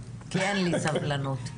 כי אין לי סבלנות.